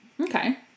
Okay